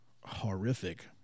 horrific